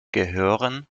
gehören